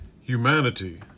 Humanity